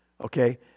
okay